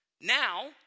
Now